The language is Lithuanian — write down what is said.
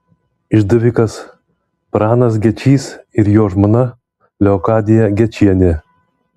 išdavikas pranas gečys ir jo žmona leokadija gečienė